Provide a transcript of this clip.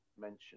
mention